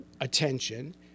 Attention